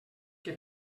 que